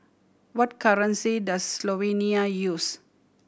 what currency does Slovenia use